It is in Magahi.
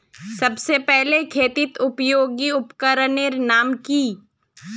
सबसे पहले खेतीत उपयोगी उपकरनेर नाम की?